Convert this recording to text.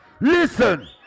Listen